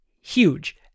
huge